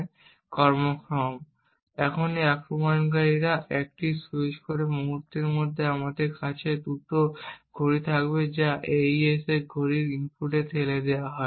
এখন যখন আক্রমণকারীরা 1 তে স্যুইচ করে তাই মুহূর্তের মধ্যে আমাদের কাছে একটি দ্রুত ঘড়ি থাকবে যা AES ঘড়ির ইনপুটে ঠেলে দেওয়া হয়